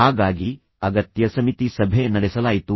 ಹಾಗಾಗಿ ಅಗತ್ಯ ಸಮಿತಿ ಸಭೆ ನಡೆಸಲಾಯಿತು